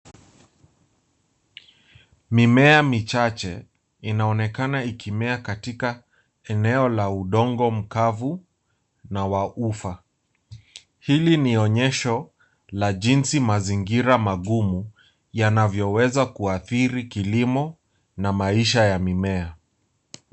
Mimea michache inaonekana ikimea katika eneo la udongo mkavu na wa ufa. Hili ni onyesho la jinsi mazingira magumu yanavyoweza kuathiri kilimo na maisha ya mimea.